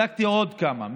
בדקתי עוד כמה,